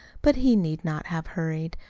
but he need not have hurried.